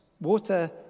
Water